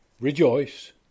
rejoice